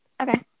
Okay